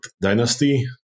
dynasty